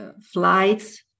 flights